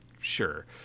sure